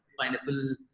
pineapple